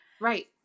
Right